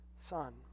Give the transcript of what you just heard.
Son